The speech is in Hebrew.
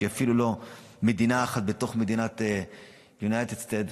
שהיא אפילו לא מדינת אחת בתוך United States,